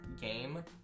game